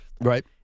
Right